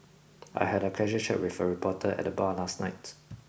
I had a casual chat with a reporter at the bar last night